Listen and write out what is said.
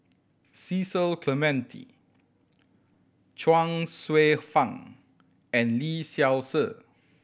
Cecil Clementi Chuang Hsueh Fang and Lee Seow Ser